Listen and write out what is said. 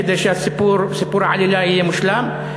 כדי שסיפור העלילה יהיה מושלם,